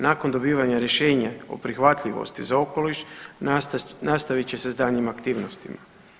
Nakon dobivanja rješenja o prihvatljivosti za okoliš nastavit će se s daljnjim aktivnostima.